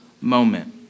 moment